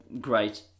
great